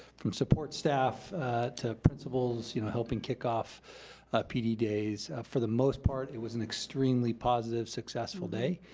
from support staff to principals you know helping kickoff pd days. for the most part it was an extremely positive, successful day.